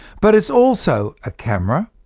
but it's also a camera,